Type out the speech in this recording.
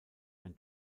ein